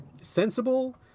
sensible